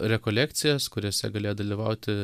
rekolekcijas kuriose galėjo dalyvauti